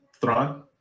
Thrawn